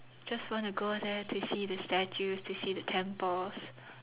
just wanna go there to see the statues to see the temples